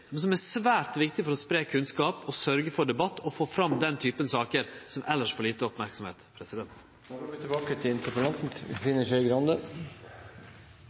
som er svært viktig for å spreie kunnskap og sørgje for debatt og få fram denne typen saker som elles får lite